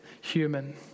human